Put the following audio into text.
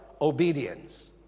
Obedience